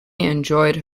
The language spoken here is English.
enjoyed